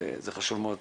זה חשוב מאוד.